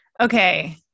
Okay